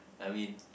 I mean